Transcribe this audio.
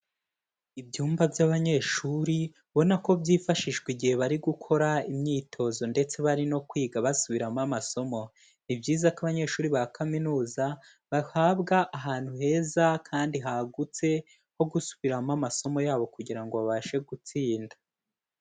Ibyumba by'abanyeshuri ubona ko byifashishwa igihe bari gukora imyitozo ndetse bari no kwiga basubiramo amasomo. Ni byiza ko abanyeshuri ba Kaminuza bahabwa ahantu heza kandi hagutse ho gusubiramo amasomo yabo kugira ngo babashe gutsinda.